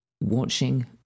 watching